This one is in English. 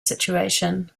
situation